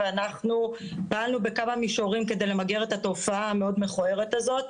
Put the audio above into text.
ואנחנו באנו בקו המישורים כדי למגר את התופעה המאוד מכוערת הזאת.